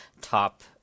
top